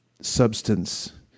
substance